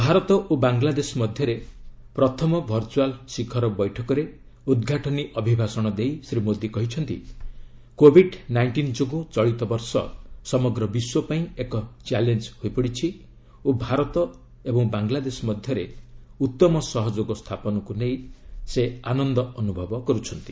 ଭାରତ ଓ ବାଙ୍ଗ୍ଲାଦେଶ ମଧ୍ୟରେ ପ୍ରଥମ ଭର୍ଚୁଆଲ୍ ଶିଖର ବୈଠକରେ ଉଦ୍ଘାଟନୀ ଅଭିଭାଷଣ ଦେଇ ଶ୍ରୀ ମୋଦି କହିଛନ୍ତି କୋବିଡ୍ ନାଇଷ୍ଟିନ୍ ଯୋଗୁଁ ଚଳିତ ବର୍ଷ ସମଗ୍ର ବିଶ୍ୱ ପାଇଁ ଏକ ଚ୍ୟାଲେଞ୍ଜ୍ ହୋଇପଡ଼ିଛି ଓ ଭାରତ ଏବଂ ବାଙ୍ଗ୍ଲାଦେଶ ମଧ୍ୟରେ ଉତ୍ତମ ସହଯୋଗ ସ୍ଥାପନକ୍ର ନେଇ ସେ ଆନନ୍ଦ ଅନୁଭବ କରୁଛନ୍ତି